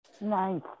Nice